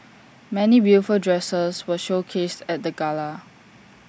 many beautiful dresses were showcased at the gala